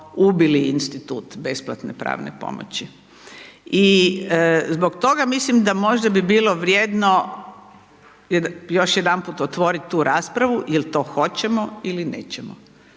ubili institut besplatne pravne pomoći. I zbog toga mislim da možda bi bilo vrijedno još jedanput otvoriti tu raspravu jel to hoćemo ili nećemo.